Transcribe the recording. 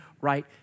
right